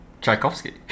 Tchaikovsky